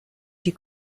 die